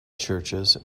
churches